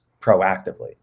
proactively